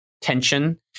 tension